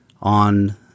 on